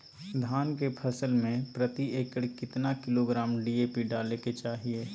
धान के फसल में प्रति एकड़ कितना किलोग्राम डी.ए.पी डाले के चाहिए?